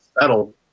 settled